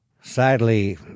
Sadly